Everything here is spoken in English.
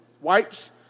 wipes